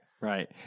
Right